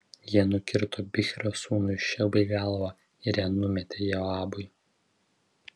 jie nukirto bichrio sūnui šebai galvą ir ją numetė joabui